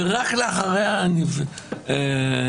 ורק לאחריה נקבעה